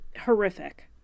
horrific